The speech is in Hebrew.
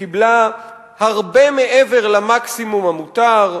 קיבלה הרבה מעבר למקסימום המותר,